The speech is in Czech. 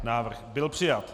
Návrh byl přijat.